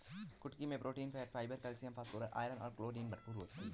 कुटकी मैं protein, fat, fibre, calcium, phosphorus, iron और कैलोरी भरपूर होती है